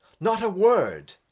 not a word.